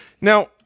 now